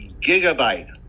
gigabyte